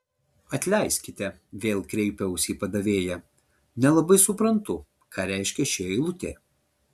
atleiskite vėl kreipiausi į padavėją nelabai suprantu ką reiškia ši eilutė